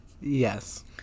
Yes